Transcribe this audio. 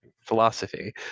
philosophy